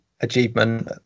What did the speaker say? achievement